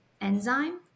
enzyme